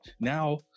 Now